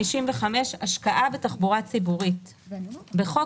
"השקעה בתחבורה ציבורית 55. בחוק